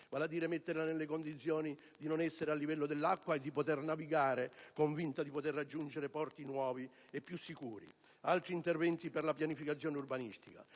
così da metterla nelle condizioni di non essere a livello dell'acqua e di poter navigare per raggiungere porti nuovi e più sicuri. Altri interventi sono per la pianificazione urbanistica: